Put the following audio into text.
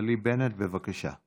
מוקירי זכרו ובני משפחתו של ז'בוטינסקי,